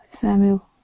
Samuel